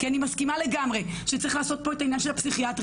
כי אני מסכימה לגמרי שצריך לעשות פה את העניין של הפסיכיאטרים,